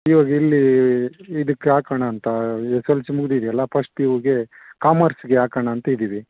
ಇವಾಗ ಇಲ್ಲಿ ಇದಕ್ಕೆ ಹಾಕಣಾಂತ ಎಸ್ ಎಲ್ ಸಿ ಮುಗಿದಿದ್ಯಲ್ಲ ಪಸ್ಟ್ ಪಿ ಯುಗೆ ಕಾಮರ್ಸ್ಗೆ ಹಾಕಣಾಂತ ಇದೀವಿ